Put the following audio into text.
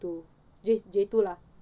two j j two lah